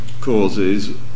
causes